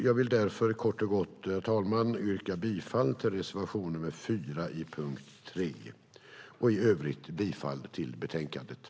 Jag vill därför kort och gott, herr talman, yrka bifall till reservation nr 4 under punkt 3 och i övrigt bifall till förslaget i betänkandet.